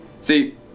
See